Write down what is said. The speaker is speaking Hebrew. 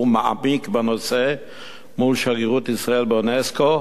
מעמיק בנושא מול שגרירות ישראל באונסק"ו,